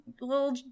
little